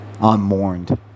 unmourned